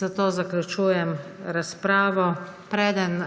zato zaključujem razpravo. Preden